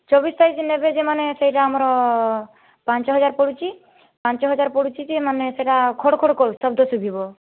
ଚବିଶ ସାଇଜ୍ ନେବେ ଯେ ମାନେ ସେଇଟା ଆମର ପାଞ୍ଚହଜାର ପଡ଼ୁଛି ପାଞ୍ଚହଜାର ପଡ଼ୁଛି ଯେ ମାନେ ସେଇଟା ଖଡ଼ ଖଡ଼ କରୁ ଶବ୍ଦ ଶୁଭିବ